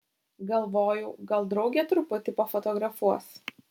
galvojau gal draugė truputį pafotografuos